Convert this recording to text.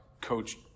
Coach